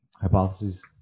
hypotheses